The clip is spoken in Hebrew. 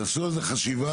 תעשו על זה חשיבה,